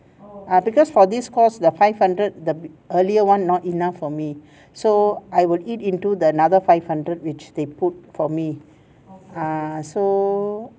ah because for this course the five hundred the earlier one not enough for me so I will eat into the another five hundred which they put for me ah so